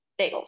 bagels